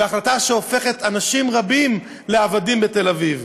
והחלטה שהופכת אנשים רבים לעבדים בתל-אביב.